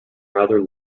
rather